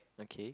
okay